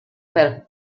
per